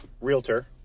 realtor